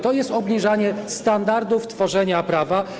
To jest obniżanie standardów tworzenia prawa.